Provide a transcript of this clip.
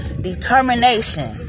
determination